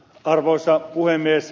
arvoisa puhemies